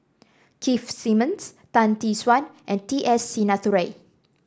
Keith Simmons Tan Tee Suan and T S Sinnathuray